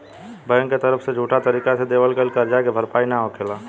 bank के तरफ से झूठा तरीका से देवल गईल करजा के भरपाई ना होखेला